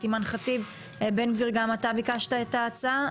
ח"כ אימאן חטיב, בן גביר גם אתה ביקשת את ההצעה.